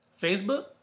Facebook